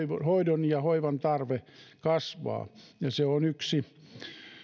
hoidon ja hoivan tarve kasvaa se on yksi